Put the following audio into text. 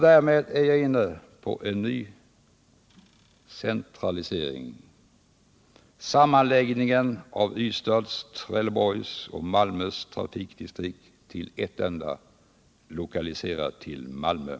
Därmed är jag inne på en ny centralisering: sammanläggningen av Ystads, Trelleborgs och Malmö trafikdistrikt till ett enda, lokaliserat till Malmö.